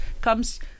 comes